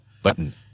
Button